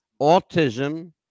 autism